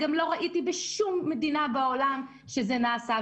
וגם לא ראיתי בשום מדינה בעולם שזה נעשה.